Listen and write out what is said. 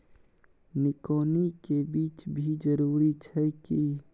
निकौनी के भी जरूरी छै की?